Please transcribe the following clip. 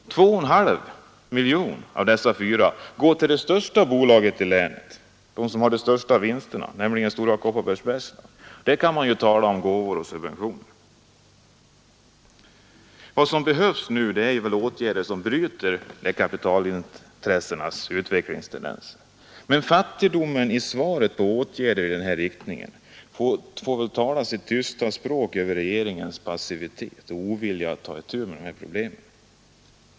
2,5 av dessa 4 miljoner går till det största bolaget i länet, det som har de största vinsterna, nämligen Stora Kopparbergs bergslag. Där kan man ju tala om gåvor och subventioner. Vad som behövs nu är väl åtgärder som bryter kapitalintressenas utvecklingstendens. Men fattigdomen i svaret på åtgärder i den här riktningen får tala sitt tysta språk om regeringens passivitet och ovilja att ta itu med problemen.